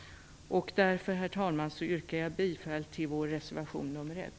Därför, herr talman, yrkar jag bifall till vår reservation nr 1.